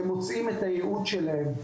הם מוצאים את הייעוד שלהם.